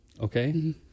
Okay